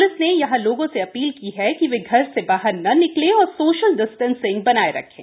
police ने यहां लोगों से अपील की है कि वे घर से बाहर न निकले और सोशल डिस्टेंसिंग बनाए रखें